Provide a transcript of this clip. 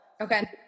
Okay